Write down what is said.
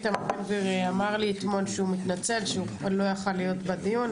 איתמר בן גביר אמר לי אתמול שהוא מתנצל שהוא לא יכול להיות בדיון,